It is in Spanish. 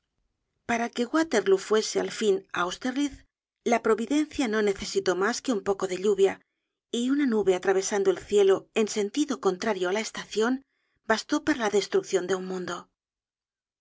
para que waterlóo fuese el fin de austerlitz la providencia no necesitó mas que un poco de lluvia y una nube atravesando el cielo en sentido contrario á la estacion bastó para la destruccion de un mundo